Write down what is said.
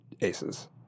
aces